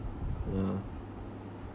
uh